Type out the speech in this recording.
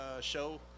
show